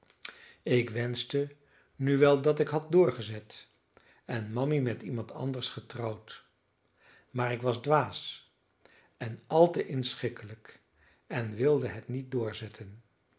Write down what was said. ik wenschte nu wel dat ik dat had doorgezet en mammy met iemand anders getrouwd maar ik was dwaas en al te inschikkelijk en wilde het niet doorzetten